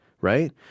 Right